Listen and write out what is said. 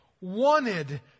wanted